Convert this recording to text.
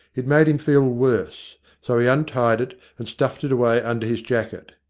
it made him feel worse so he untied it and stuffed it away under his jacket.